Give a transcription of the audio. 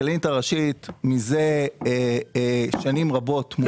הכלכלנית הראשית מזה שנים רבות,